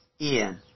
ian